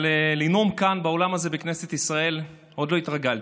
אבל לנאום כאן באולם הזה בכנסת ישראל עוד לא התרגלתי,